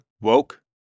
Woke